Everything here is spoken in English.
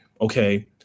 okay